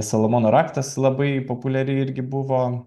salamono raktas labai populiari irgi buvo